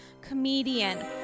comedian